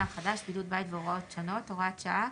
החדש) (בידוד והוראות שונות) (הוראת שעה)